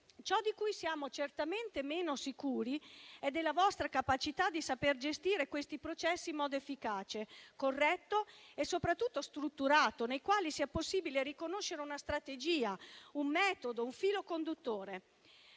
Siamo però certamente meno sicuri della vostra capacità di gestire questi processi in modo efficace, corretto e soprattutto strutturato, in modo che sia possibile riconoscere una strategia, un metodo, un filo conduttore.